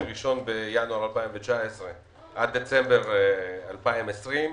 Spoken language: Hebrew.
מה-1 בינואר 2019 עד דצמבר 2020,